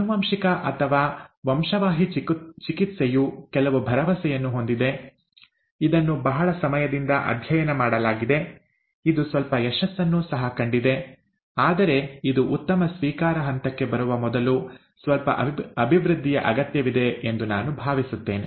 ಆನುವಂಶಿಕ ಅಥವಾ ವಂಶವಾಹಿ ಚಿಕಿತ್ಸೆಯು ಕೆಲವು ಭರವಸೆಯನ್ನು ಹೊಂದಿದೆ ಇದನ್ನು ಬಹಳ ಸಮಯದಿಂದ ಅಧ್ಯಯನ ಮಾಡಲಾಗಿದೆ ಇದು ಸ್ವಲ್ಪ ಯಶಸ್ಸನ್ನೂ ಸಹ ಕಂಡಿದೆ ಆದರೆ ಇದು ಉತ್ತಮ ಸ್ವೀಕಾರ ಹಂತಕ್ಕೆ ಬರುವ ಮೊದಲು ಸ್ವಲ್ಪ ಅಭಿವೃದ್ಧಿಯ ಅಗತ್ಯವಿದೆ ಎಂದು ನಾನು ಭಾವಿಸುತ್ತೇನೆ